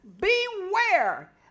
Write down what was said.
beware